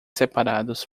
separados